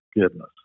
goodness